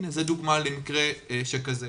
זאת דוגמה למקרה שכזה.